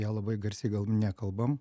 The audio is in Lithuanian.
ją labai garsiai nekalbam